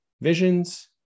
visions